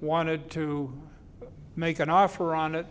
wanted to make an offer on it